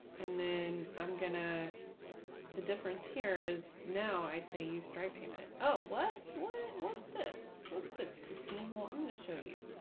and then i'm going to the difference here is now i say you strike payment. oh, what what what's this? what's this? christine seale i'm going to show you.